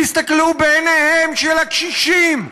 תסתכלו בעיניהם של הקשישים,